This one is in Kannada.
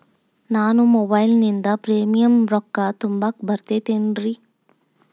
ನಾನು ಮೊಬೈಲಿನಿಂದ್ ಪ್ರೇಮಿಯಂ ರೊಕ್ಕಾ ತುಂಬಾಕ್ ಬರತೈತೇನ್ರೇ?